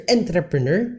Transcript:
entrepreneur